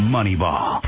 Moneyball